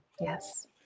Yes